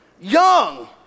young